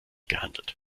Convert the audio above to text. gehandelt